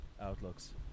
outlooks